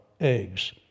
eggs